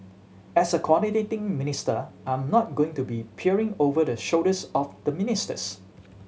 as a coordinating minister I'm not going to be peering over the shoulders of the ministers